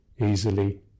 easily